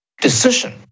decision